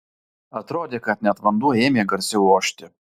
atrodė kad net vanduo ėmė garsiau ošti